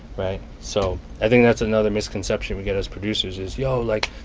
right? so i think that's another misconception we get as producers is, yo, like,